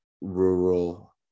rural